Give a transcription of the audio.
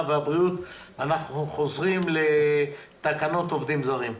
והבריאות בנושא תקנות עובדים זרים.